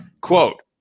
quote